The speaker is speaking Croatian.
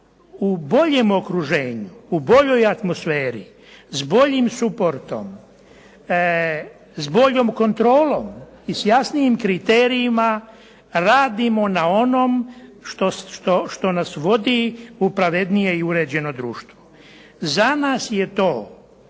u boljem okruženju, u boljoj atmosferi, s boljim suportom, s boljom kontrolom i s jasnijim kriterijima radimo na onom što nas vodi u pravednije i uređeno društvo. Za nas je to